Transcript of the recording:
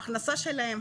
ההכנסה שלהם,